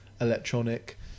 electronic